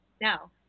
Now